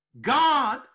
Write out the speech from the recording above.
God